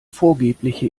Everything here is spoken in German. vorgebliche